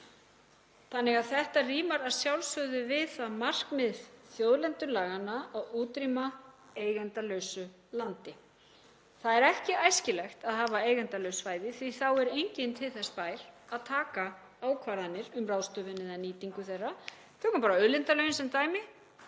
í lögum. Þetta rímar að sjálfsögðu við það markmið þjóðlendulaga að útrýma eigendalausu landi. Það er ekki æskilegt að hafa eigendalaus svæði því að þá er enginn til þess bær að taka ákvarðanir um ráðstöfun eða nýtingu þeirra. Tökum bara auðlindalögin sem dæmi.